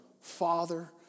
father